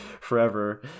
forever